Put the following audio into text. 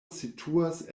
situas